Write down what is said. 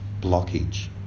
blockage